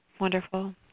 Wonderful